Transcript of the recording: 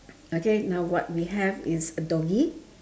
okay now what we have is a doggy